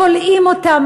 כולאים אותם,